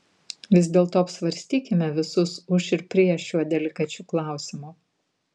vis dėlto apsvarstykime visus už ir prieš šiuo delikačiu klausimu